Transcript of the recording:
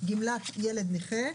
גמלת ילד נכה,